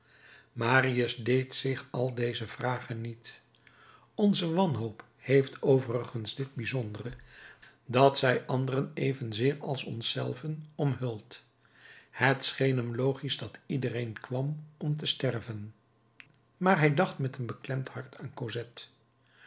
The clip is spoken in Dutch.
marius deed zich al deze vragen niet onze wanhoop heeft overigens dit bijzondere dat zij anderen evenzeer als ons zelven omhult het scheen hem logisch dat iedereen kwam om te sterven maar hij dacht met een beklemd hart aan